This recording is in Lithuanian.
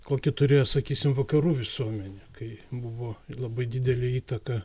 kokį turėjo sakysim vakarų visuomenė kai buvo labai didelė įtaka